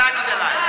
דילגת עלי.